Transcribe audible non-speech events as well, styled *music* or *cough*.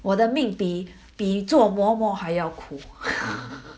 我的命比比做嬷嬷还要苦 *laughs*